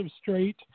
Straight